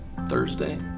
Thursday